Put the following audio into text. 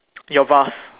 your vase